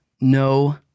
No